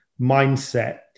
mindset